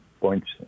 points